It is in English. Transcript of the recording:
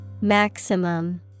Maximum